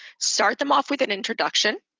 start them off with an introduction.